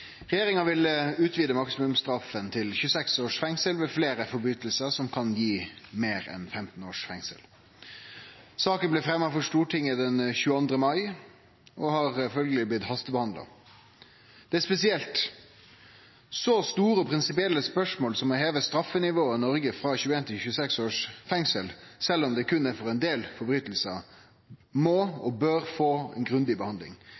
Regjeringa vil utvide maksimumsstraffa til 26 års fengsel ved fleire brotsverk som kan gi meir enn 15 års fengsel. Saken blei fremja for Stortinget den 22. mai og har følgjeleg blitt hastebehandla. Det er spesielt. Så store prinsipielle spørsmål som å heve straffenivået i Noreg frå 21 til 26 års fengsel, sjølv om det berre er for ein del brotsverk, må og bør få ei grundig behandling,